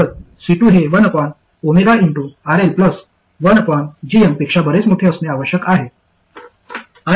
तर C2 हे 1RL पेक्षा बरेच मोठे असणे आवश्यक आहे